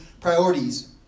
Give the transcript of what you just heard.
priorities